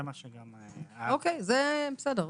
זה בסדר.